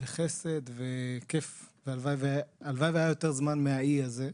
חסד וכיף, והלוואי והיה יותר זמן מהאי הזה.